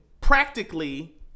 practically